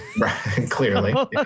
Clearly